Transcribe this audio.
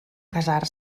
casar